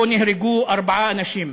שבו נהרגו ארבעה אנשים,